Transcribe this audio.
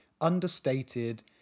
understated